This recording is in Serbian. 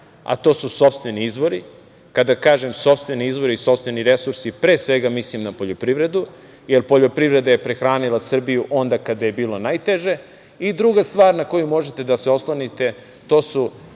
a to su sopstveni izvori, kada kažem sopstveni izvori i sopstveni resursi pre svega mislim na poljoprivedu, jer poljoprivreda je prehranila Srbiju onda kada je bilo najteže, i druga stvar na koju možete da se oslonite to su